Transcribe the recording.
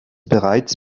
bereits